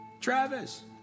Travis